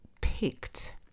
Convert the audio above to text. picked